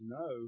no